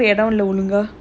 fourtieth birthday